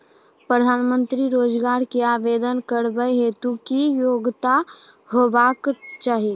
प्रधानमंत्री रोजगार के आवेदन करबैक हेतु की योग्यता होबाक चाही?